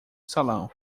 salão